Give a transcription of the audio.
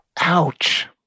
Ouch